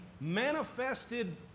manifested